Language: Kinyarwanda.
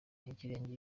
ikirenge